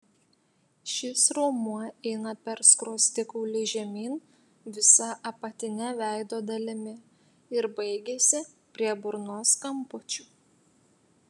šis raumuo eina per skruostikaulį žemyn visa apatine veido dalimi ir baigiasi prie burnos kampučių